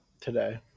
today